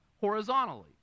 horizontally